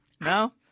No